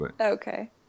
Okay